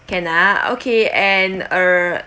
can ah okay and err